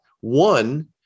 One